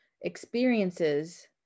experiences